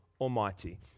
Almighty